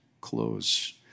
close